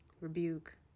rebuke